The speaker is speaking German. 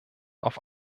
auf